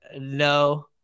no